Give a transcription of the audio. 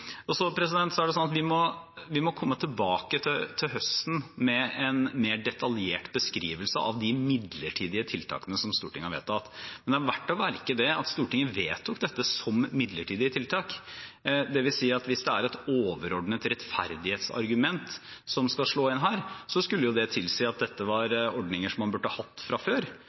midlertidige tiltakene som Stortinget har vedtatt. Men det er verdt å merke seg at Stortinget vedtok dette som midlertidige tiltak. Det vil si at hvis det er et overordnet rettferdighetsargument som skal slå inn her, skulle dette være ordninger som man burde hatt fra før.